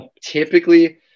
typically